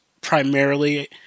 primarily